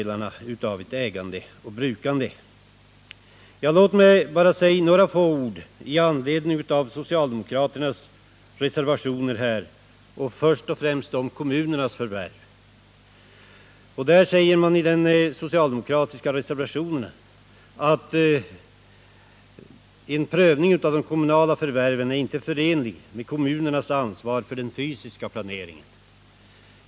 Låt mig bara säga några få ord med anledning av socialdemokraternas reservationer. När det gäller kommunernas förvärv säger man i den socialdemokratiska reservationen att en prövning av de kommunala förvärven inte är förenlig med kommunernas ansvar för den fysiska planeringen.